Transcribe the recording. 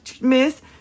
miss